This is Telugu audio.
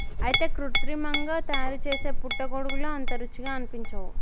అయితే కృత్రిమంగా తయారుసేసే పుట్టగొడుగులు అంత రుచిగా అనిపించవు